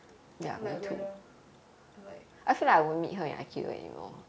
like whether like